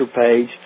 page